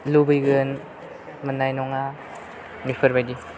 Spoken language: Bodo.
लुबैगोन मोननाय नङा बेफोरबायदि